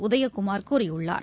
உதயகுமார் கூறியுள்ளார்